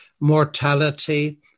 mortality